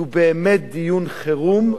כי הוא באמת דיון חירום,